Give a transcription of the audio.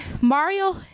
Mario